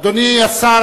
אדוני השר,